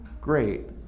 Great